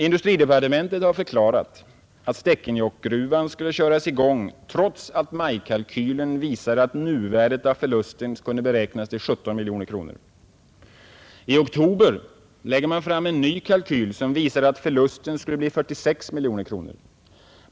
Industridepartementet har förklarat att Stekenjokkgruvan skulle köras i gång trots att majkalkylen visade att nuvärdet av förlusten kunde beräknas till 17 miljoner kronor. I oktober lägger man fram en ny kalkyl som visar att förlusten skulle bli 46 miljoner kronor.